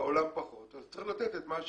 בעולם פחות, אז צריך לתת את מה שאפשרי,